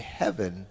heaven